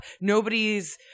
Nobody's